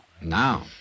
Now